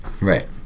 right